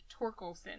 Torkelson